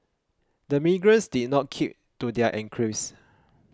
the migrants did not keep to their enclaves